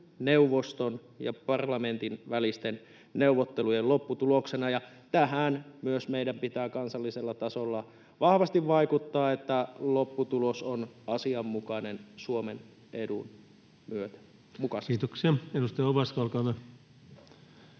neuvoston ja parlamentin välisten neuvottelujen lopputuloksena. Ja tähän myös meidän pitää kansallisella tasolla vahvasti vaikuttaa, että lopputulos on asianmukainen Suomen edun mukaisesti. [Speech 334] Speaker: